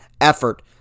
effort